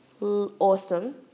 Awesome